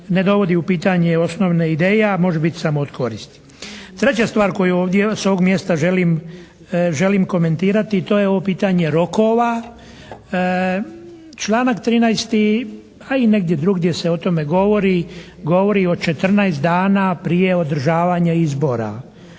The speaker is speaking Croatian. Ne dovodi u pitanje osnovne ideje, a može biti samo od koristi. Treća stvar koju ovdje s ovog mjesta želim komentirati to je ovo pitanje rokova. Članak 13. a i negdje drugdje se o tome govori, govori o 14 dana prije održavanja izbora.